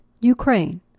Ukraine